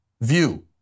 view